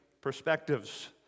perspectives